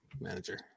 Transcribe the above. manager